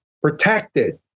protected